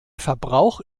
verbrauch